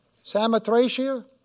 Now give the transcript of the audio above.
Samothracia